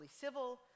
civil